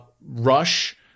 rush